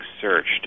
searched